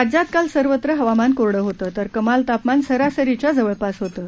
राज्यात काल सर्वत्र हवामान कोरडं होतं तर कमाल तापमान सरासरीच्या जवळपास होतं